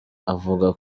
avuga